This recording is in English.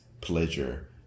pleasure